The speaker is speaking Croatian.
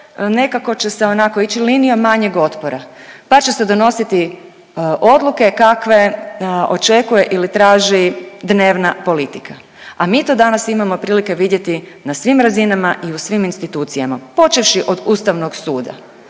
nekako će se onako ići linijom manjeg otpora pa će se donositi odluke kakve očekuje ili traži dnevna politika, a mi to danas imamo prilike vidjeti na svim razinama i u svim institucijama, počevši od Ustavnog suda.